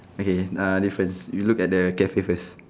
okay ah difference you look at the cafe first